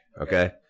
okay